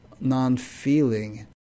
non-feeling